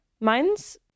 mine's